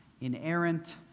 inerrant